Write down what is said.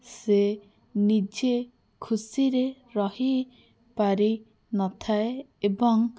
ସେ ନିଜେ ଖୁସିରେ ରହିପାରି ନଥାଏ ଏବଂ